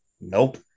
Nope